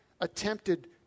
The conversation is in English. attempted